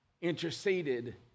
interceded